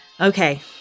Okay